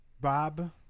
Bob